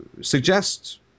suggest